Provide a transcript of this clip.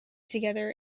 together